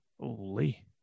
Holy